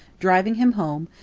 driving him home,